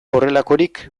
horrelakorik